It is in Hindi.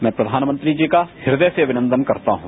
मैं प्रधानमंत्री जी का हृदय से अभिनन्दन करता हूं